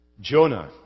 Jonah